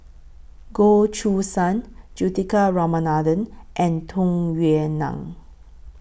Goh Choo San Juthika Ramanathan and Tung Yue Nang